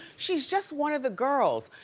she's just one of the girls.